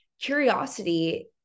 Curiosity